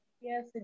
Yes